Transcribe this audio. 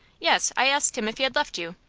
yes, i asked him if he had left you.